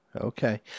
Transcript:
Okay